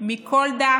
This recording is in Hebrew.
מכל דת,